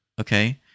Okay